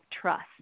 trust